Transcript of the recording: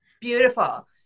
beautiful